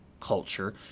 culture